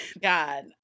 God